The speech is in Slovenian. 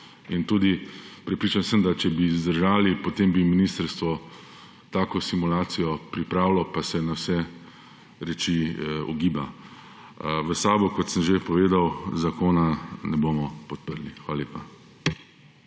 ne zdrži. Prepričan sem tudi, da če bi zdržalo, potem bi ministrstvo tako simulacijo pripravilo, pa se je na vsak način ogiba. V SAB, kot sem že povedal, zakona ne bomo podprli. Hvala lepa.